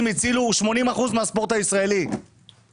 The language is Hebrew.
הצילו 80 אחוזים מהספורט הישראלי כי